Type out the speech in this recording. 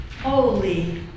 Holy